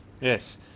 yes